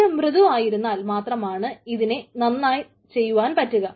ഇത് മൃദുവായിരുന്നാൽ മാത്രമാണ് ഇതിനെ നന്നായി ചെയ്യുവാൻ പറ്റുക